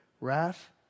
wrath